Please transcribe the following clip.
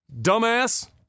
dumbass